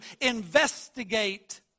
investigate